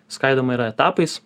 skaidoma yra etapais